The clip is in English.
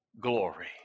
glory